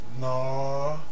No